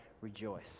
rejoice